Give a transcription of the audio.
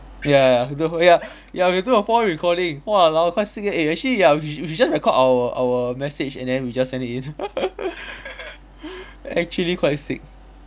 ya ya ya do a ya ya we do a four way recording !walao! quite sick eh eh actually ya we should we should just record our our message and then we just send it in actually quite sick